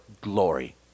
glory